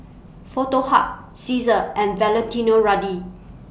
Foto Hub Cesar and Valentino Rudy